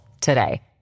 today